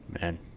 Man